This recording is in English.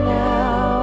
now